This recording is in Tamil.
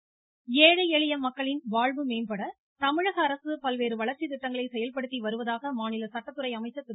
சண்முகம் ஏழை எளிய மக்களின் வாழ்வு மேம்பட தமிழக அரசு பல்வேறு வளர்ச்சி திட்டங்களை செயல்படுத்தி வருவதாக மாநில சட்டத்துறை அமைச்சர் திரு